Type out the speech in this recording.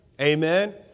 Amen